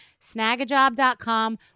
snagajob.com